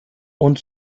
und